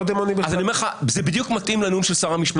אני אומר לך שזה בדיוק מתאים לנאום של שר המשפטים.